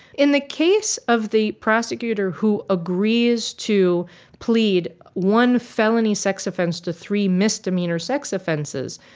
in the case of the prosecutor who agrees to plead one felony sex offense to three misdemeanor sex offenses.